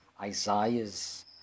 Isaiah's